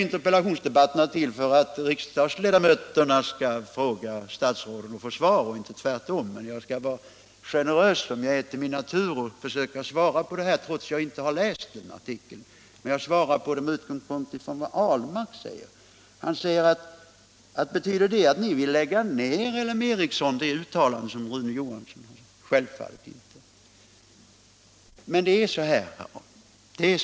Interpellationsdebatterna är ju till för att riksdagsledamöterna skall fråga statsråden och få svar av dem och inte tvärtom, men generös som jag är till min natur skall jag försöka svara på herr Ahlmarks fråga, trots att jag inte har läst artikeln — jag svarar på den utifrån vad herr Ahlmark säger att intervjun innehöll. Z Herr Ahlmark frågade: Betyder det uttalande som Rune Johansson gjorde att ni vill lägga ned LM Ericsson? Självfallet inte.